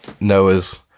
Noah's